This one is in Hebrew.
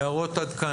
הערות עד כאן?